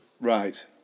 Right